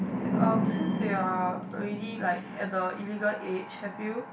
had um since you're already like at the legal age have you